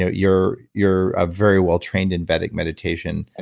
ah you're you're a very well trained in vedic meditation. and